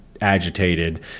agitated—